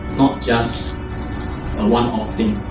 not just a one off thing.